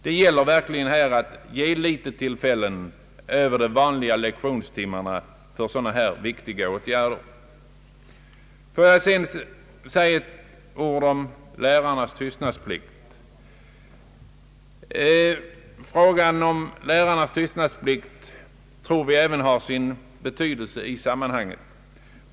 Det gäller att verkligen skapa tillfällen utöver de vanliga lektionstimmarna för sådana här viktiga åtgärder. Frågan om lärarnas tystnadsplikt tror vi även har sin betydelse i sammanhanget.